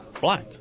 black